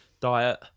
diet